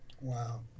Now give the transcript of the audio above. Wow